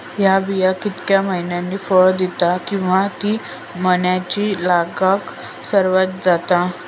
हया बिया कितक्या मैन्यानी फळ दिता कीवा की मैन्यानी लागाक सर्वात जाता?